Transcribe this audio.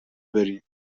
برین